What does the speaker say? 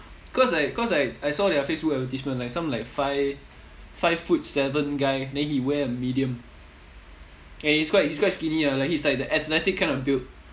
cause like cause like I saw their facebook advertisement like some like five five foot seven guy then he wear a medium and he's quite he's quite skinny ah like he's like the athletic kind of built